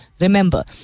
Remember